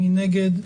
מי נגד?